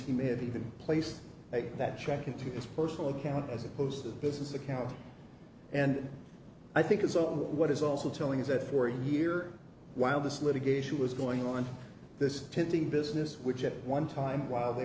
he may have even placed it that check into his personal account as opposed to the business account and i think it's also what is also telling is that for a year while this litigation was going on this pitting business which at one time while they